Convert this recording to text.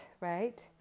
right